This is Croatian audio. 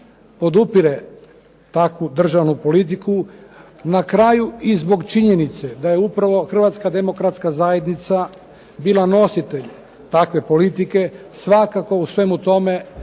podupire takvu državnu politiku. Na kraju i zbog činjenice da je upravo Hrvatska demokratska zajednica bila nositelj takve politike svakako u svemu tome